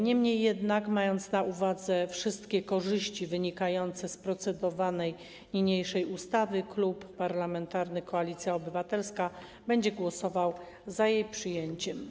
Niemniej jednak, mając na uwadze wszystkie korzyści wynikające z uchwalenia procedowanej ustawy, Klub Parlamentarny Koalicja Obywatelska będzie głosował za jej przyjęciem.